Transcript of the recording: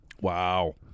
Wow